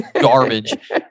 garbage